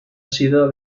sido